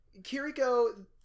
Kiriko